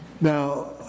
Now